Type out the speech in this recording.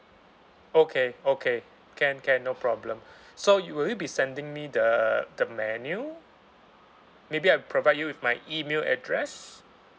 okay okay can can no problem so will you be sending me the the menu maybe I provide you with my email address